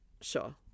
Sure